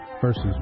verses